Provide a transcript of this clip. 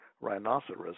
rhinoceros